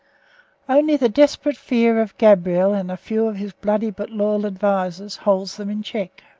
only the desperate fear of gabriel and a few of his bloody but loyal advisers holds them in check.